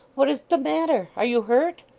what is the matter? are you hurt?